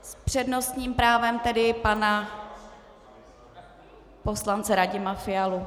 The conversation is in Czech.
S přednostním právem tedy pana poslance Radima Fialu.